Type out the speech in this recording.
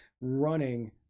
running